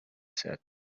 said